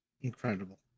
incredible